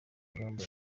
ingamba